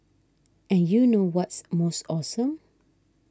and you know what's most awesome